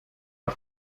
auf